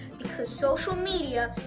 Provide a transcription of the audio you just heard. because social media,